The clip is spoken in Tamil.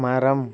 மரம்